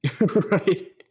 right